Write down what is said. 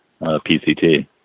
PCT